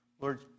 Lord